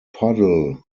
puddle